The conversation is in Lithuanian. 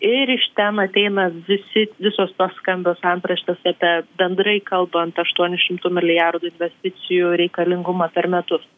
ir iš ten ateina visi visos tos skambios antraštės apie bendrai kalbant aštuonių šimtų milijardų investicijų reikalingumą per metus